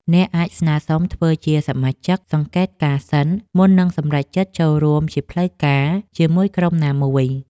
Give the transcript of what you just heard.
អ្នកអាចស្នើសុំធ្វើជាសមាជិកសង្កេតការណ៍សិន មុននឹងសម្រេចចិត្តចូលរួមជាផ្លូវការជាមួយក្រុមណាមួយ។